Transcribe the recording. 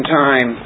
time